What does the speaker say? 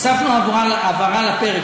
הוספנו הבהרה לפרק,